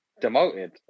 demoted